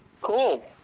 cool